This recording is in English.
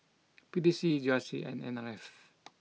P T C G R C and N R F